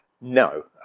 No